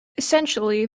essentially